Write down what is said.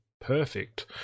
perfect